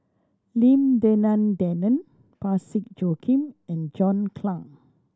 Lim Denan Denon Parsick Joaquim and John Clang